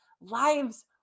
lives